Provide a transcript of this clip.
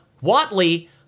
Watley